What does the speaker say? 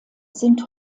sind